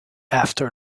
after